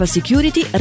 Security